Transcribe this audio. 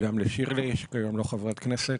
וגם לשירלי שכיום לא חברת כנסת,